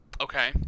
Okay